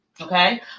okay